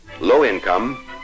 low-income